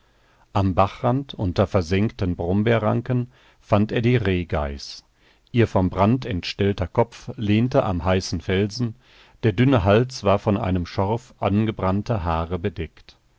am bachrand unter versengten brombeerranken fand er die rehgeiß ihr vom brand entstellter kopf lehnte am heißen felsen der dünne hals war von einem schorf angebrannter haare bedeckt